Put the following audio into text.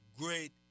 great